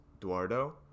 Duardo